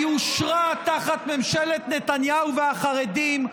היא אושרה תחת ממשלת נתניהו והחרדים.